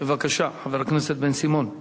בבקשה, חבר הכנסת בן-סימון.